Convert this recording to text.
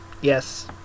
yes